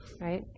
right